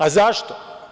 A zašto?